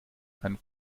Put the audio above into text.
ein